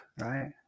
right